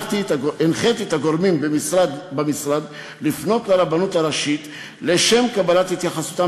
הנחיתי את הגורמים במשרד לפנות לרבנות הראשית לשם קבלת התייחסותם